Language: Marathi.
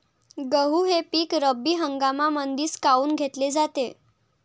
गहू हे पिक रब्बी हंगामामंदीच काऊन घेतले जाते?